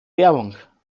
werbung